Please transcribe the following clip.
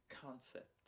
concept